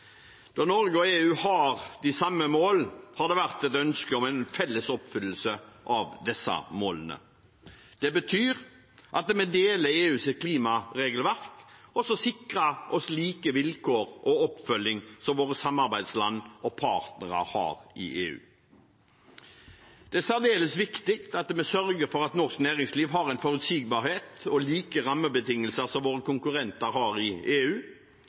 Da Norge og EU har de samme mål, har det vært et ønske om en felles oppfyllelse av disse målene. Det betyr at vi deler EUs klimaregelverk og sikrer oss samme vilkår og oppfølging som våre samarbeidsland og partnere i EU har. Det er særdeles viktig at vi sørger for at norsk næringsliv har en forutsigbarhet og samme rammebetingelser som våre konkurrenter i EU